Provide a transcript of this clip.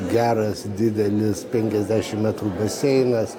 geras didelis penkiasdešimt metrų baseinas